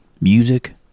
music